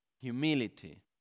humility